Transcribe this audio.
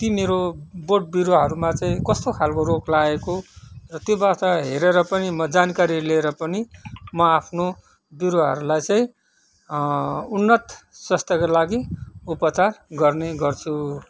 तिनीहरू बोट बिरुवाहरूमा चाहिँ कस्तो खालको रोग लागेको र त्योबाट हेरेर पनि म जानकारी लिएर पनि म आफ्नो बिरुवाहरूलाई चाहिँ उन्नत स्वास्थ्यको लागि उपचार गर्ने गर्छु